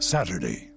Saturday